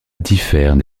diffère